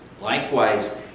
Likewise